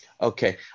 Okay